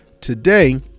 today